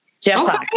Jeff